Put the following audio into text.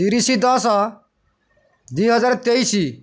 ତିରିଶି ଦଶ ଦୁଇହଜାର ତେଇଶ